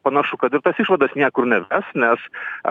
panašu kad ir tas išvadas niekur neves nes